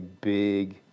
big